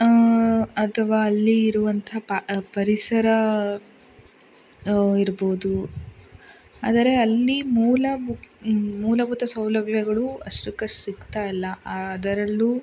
ಅಥವಾ ಅಲ್ಲಿ ಇರುವಂತಹ ಪಾ ಪರಿಸರ ಇರ್ಬೋದು ಆದರೆ ಅಲ್ಲಿ ಮೂಲಬು ಮೂಲಭೂತ ಸೌಲಭ್ಯಗಳು ಅಷ್ಟಕ್ಕೆ ಅಷ್ಟು ಸಿಕ್ತಾಯಿಲ್ಲಾ ಅದರಲ್ಲೂ